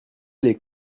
les